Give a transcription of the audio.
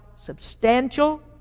substantial